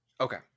Okay